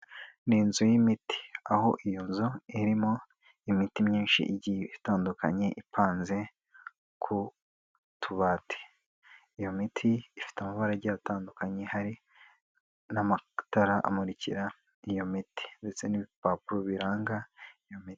Ni inzu y'imiti, aho iyo nzu irimo imiti myinshi igiye itandukanye ipanze ku tubati, iyo miti ifite amabara agiye atandukanye hari n'amatara amurikira iyo miti ndetse n'ibipapuro biranga iyo miti.